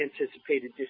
anticipated